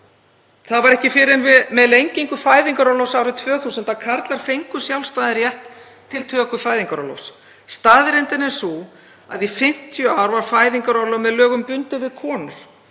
Það var ekki fyrr en með lengingu fæðingarorlofs árið 2000 að karlar fengu sjálfstæðan rétt til töku fæðingarorlofs. Staðreyndin er sú að í 50 ár var fæðingarorlof með lögum bundið við konur.